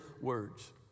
words